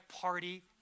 party